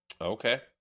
Okay